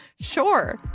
Sure